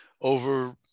over